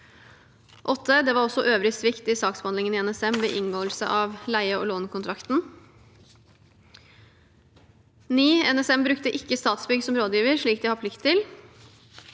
8. Det var også øvrig svikt i saksbehandlingen i NSM ved inngåelse av leie- og lånekontrakten. 9. NSM brukte ikke Statsbygg som rådgiver, slik de har plikt til.